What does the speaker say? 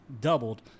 doubled